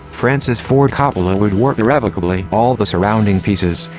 francis ford coppola would warp irrevocably all the surrounding pieces,